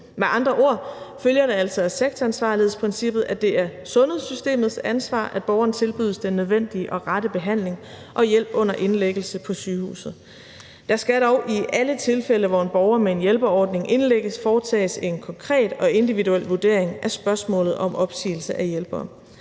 Med andre ord følger det altså af sektoransvarlighedsprincippet, at det er sundhedssystemets ansvar, at borgeren tilbydes den nødvendige og rette behandling og hjælp under indlæggelse på sygehuset. Der skal dog i alle tilfælde, hvor en borger med en hjælperordning indlægges, foretages en konkret og individuel vurdering af spørgsmålet om opsigelse af hjælpere.